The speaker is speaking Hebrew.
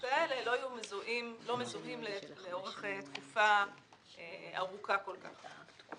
לא יהיו לא-מזוהים לאורך תקופה ארוכה כל כך.